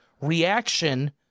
reaction